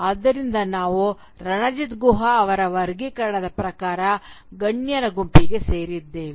ಆದ್ದರಿಂದ ನಾವು ರಣಜಿತ್ ಗುಹಾ ಅವರ ವರ್ಗೀಕರಣದ ಪ್ರಕಾರ ಗಣ್ಯರ ಗುಂಪಿಗೆ ಸೇರಿದ್ದೇವೆ